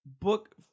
Book